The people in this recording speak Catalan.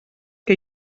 que